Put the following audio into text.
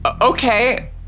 Okay